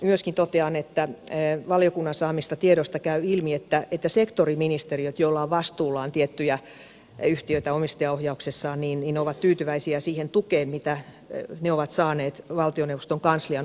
myöskin totean että valiokunnan saamista tiedoista käy ilmi että sektoriministeriöt joilla on vastuullaan tiettyjä yhtiöitä omistajaohjauksessaan ovat tyytyväisiä siihen tukeen mitä ne ovat saaneet valtioneuvoston kanslian omistusohjausosastolta